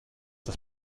das